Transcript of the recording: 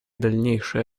дальнейшей